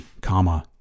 comma